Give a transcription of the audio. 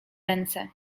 ręce